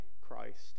Christ